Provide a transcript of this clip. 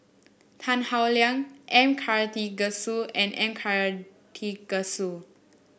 Tan Howe Liang M Karthigesu and Karthigesu